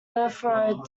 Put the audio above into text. heathrow